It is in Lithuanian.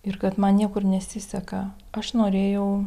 ir kad man niekur nesiseka aš norėjau